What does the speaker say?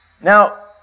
Now